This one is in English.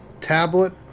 tablet